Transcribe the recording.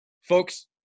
Folks